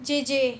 J J